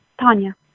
Tanya